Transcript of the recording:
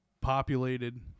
populated